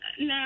No